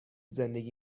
زندگی